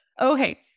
Okay